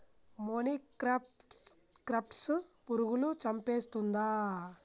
మొనిక్రప్టస్ పురుగులను చంపేస్తుందా?